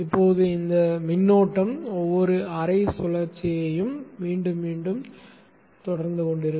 இப்போது இந்த மின்னோட்டம் ஒவ்வொரு அரைச் சுழற்சியையும் மீண்டும் மீண்டும் செய்யும்